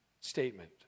statement